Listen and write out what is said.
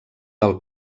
del